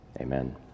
amen